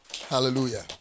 Hallelujah